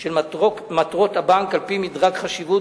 של מטרות הבנק על-פי מדרג חשיבות,